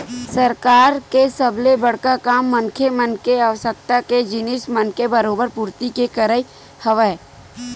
सरकार के सबले बड़का काम मनखे मन के आवश्यकता के जिनिस मन के बरोबर पूरति के करई हवय